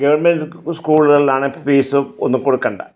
government school സ്കൂളുകളിലാണെ ഇപ്പം fees ഒന്നും കൊടുക്കണ്ട